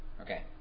Okay